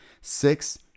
Six